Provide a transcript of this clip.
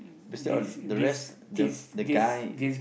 that's all the rest the the guy